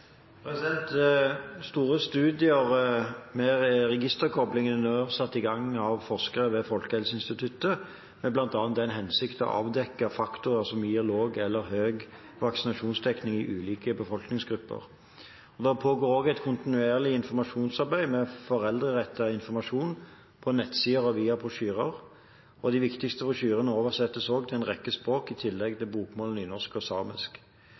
satt i gang av forskere ved Folkehelseinstituttet i bl.a. den hensikt å avdekke faktorer som gir lav eller høy vaksinasjonsdekning i ulike befolkningsgrupper. Det pågår også et kontinuerlig informasjonsarbeid med foreldrerettet informasjon på nettsider og via brosjyrer, og de viktigste brosjyrene oversettes også til en rekke språk, i tillegg til bokmål, nynorsk og samisk.